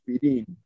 feeding